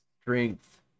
strength